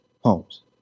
homes